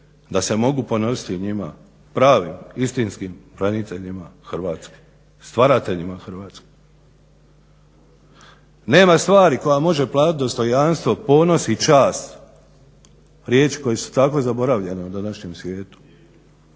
da se mogu ponositi njima pravim istinskim braniteljima Hrvatske, stvarateljima Hrvatske. Nema stvari koja može platiti dostojanstvo, ponos i čast riječi koje su tako zaboravljene u današnjem svijetu.